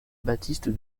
baptiste